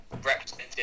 represented